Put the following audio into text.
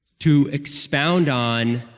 to expound on